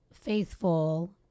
faithful